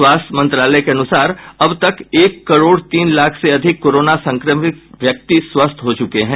स्वास्थ्य मंत्रालय के अनुसार अब तक एक करोड़ तीन लाख से अधिक कोरोना संक्रमित व्यक्ति स्वस्थ हो चुके हैं